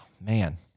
man